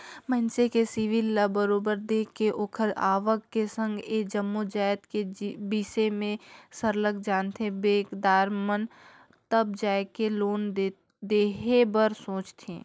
मइनसे के सिविल ल बरोबर देख के ओखर आवक के संघ ए जम्मो जाएत के बिसे में सरलग जानथें बेंकदार मन तब जाएके लोन देहे बर सोंचथे